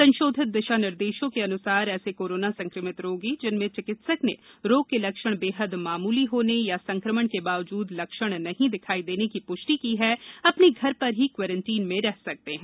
संशोधित दिशानिर्देशों के अनुसार ऐसे कोरोना संक्रमित रोगी जिनमें चिकित्सक ने रोग के लक्षण बेहद मामूली होने या संक्रमण के बावजूद लक्षण नहीं दिखाई देने की पुष्टि की है अपने घर पर ही क्वारेंटाइन में रह सकते हैं